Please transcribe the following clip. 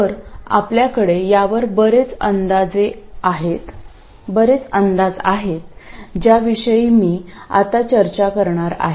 तर आपल्याकडे यावर बरेच अंदाजे आहेत ज्याविषयी मी आता चर्चा करणार आहे